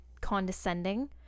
condescending